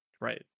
right